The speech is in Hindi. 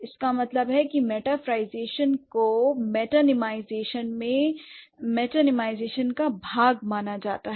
इसका मतलब है कि मेटाफराईजेशन को मेटानीमाईजेशन का भाग माना जाता है